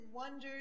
wonders